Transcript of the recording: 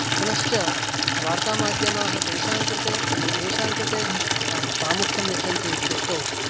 पुनश्च वार्तामाध्यमाः तेषां कृते ये येषां कृते प्रामुख्यं यच्छन्ति इत्युक्तौ